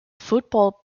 football